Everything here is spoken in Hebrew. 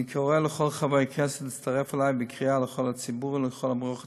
אני קורא לכל חברי הכנסת להצטרף אלי בקריאה לכל הציבור ולכל מערכות